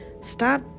Stop